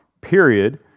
period